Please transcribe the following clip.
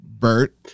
Bert